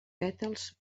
pètals